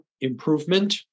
improvement